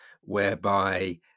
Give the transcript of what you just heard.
whereby